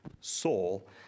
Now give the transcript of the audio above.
soul